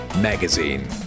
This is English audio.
Magazine